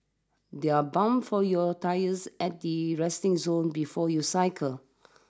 there are pumps for your tyres at the resting zone before you cycle